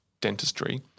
dentistry